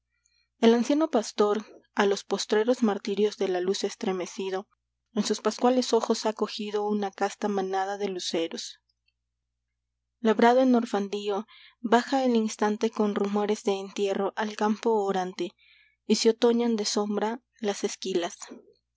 el anciano pastor a los postreros martirios de la luz estremecido en sus pascuales ojos ha cogido una casta manada de luceros labrado en horfand id baja el instante con rumores de entierro al campo orante y se otoñan de sombra las esquilas